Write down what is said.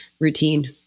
routine